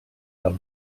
del